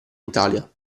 italia